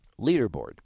Leaderboard